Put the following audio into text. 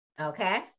Okay